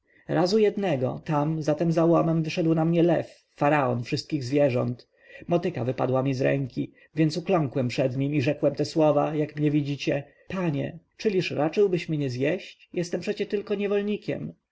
razu jednego tam za tym wyłomem wyszedł na mnie lew faraon wszystkich zwierząt motyka wypadła mi z ręki więc ukląkłem przed nim i rzekłem te słowa jak mnie widzicie panie czyliż raczyłbyś mnie zjeść jestem przecież tylko niewolnikiem